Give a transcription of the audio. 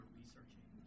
researching